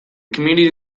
community